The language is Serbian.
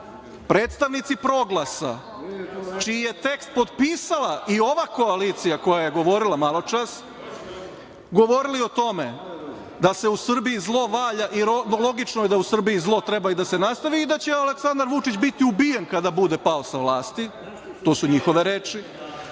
predstavnici "ProGlasa", čiji je tekst potpisala i ova koalicija koja je govorila maločas, govorili o tome da se u Srbiji zlo valja i logično je da u Srbiji zlo treba i da se nastavi i da će Aleksandar Vučić biti ubijen kada bude pao sa vlasti, to su njihove reči,